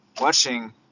watching